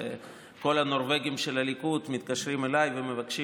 וכל הנורבגים של הליכוד מתקשרים אליי ומבקשים